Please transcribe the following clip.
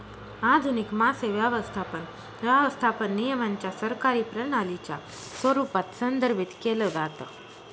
आधुनिक मासे व्यवस्थापन, व्यवस्थापन नियमांच्या सरकारी प्रणालीच्या स्वरूपात संदर्भित केलं जातं